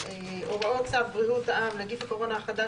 (1)הוראות צו בריאות העם (נגיף הקורונה החדש)